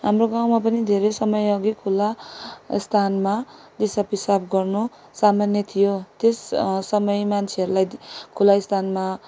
हाम्रो गाउँमा पनि धेरै समय अघि खुला स्थानमा दिसा पिसाब गर्नु सामान्य थियो त्यस समय मान्छेहरूलाई खुला स्थानमा